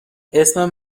اسم